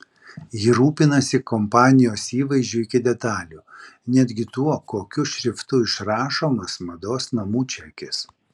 ji rūpinasi kompanijos įvaizdžiu iki detalių netgi tuo kokiu šriftu išrašomas mados namų čekis